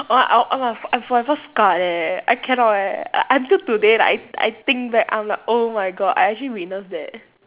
oh I I I forever scarred eh I cannot leh until today like I I think back I'm like oh my god I actually witnessed that